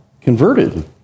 converted